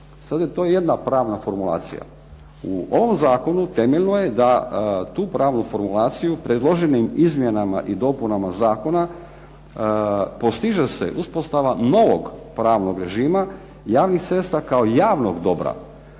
je to jedna pravna formulacija. U ovom zakonu temeljno je da tu pravnu formulaciju predloženim izmjenama i dopunama zakona postiže se uspostava novog pravnog režima, javnih cesta kao javnog dobra